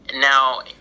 Now